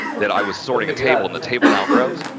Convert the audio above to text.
that i was sorting a table and the table now grows.